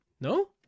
No